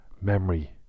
memory